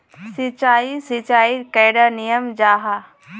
सिंचाई सिंचाईर कैडा नियम जाहा?